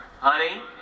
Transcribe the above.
Honey